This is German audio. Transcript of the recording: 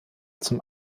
zum